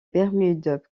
bermudes